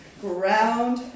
Ground